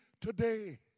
today